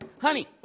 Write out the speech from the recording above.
Honey